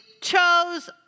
chose